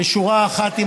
בשורה אחת עם